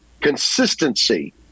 consistency